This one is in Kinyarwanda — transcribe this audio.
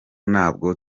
ntabwo